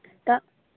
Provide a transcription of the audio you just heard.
ᱪᱮᱫᱟᱜ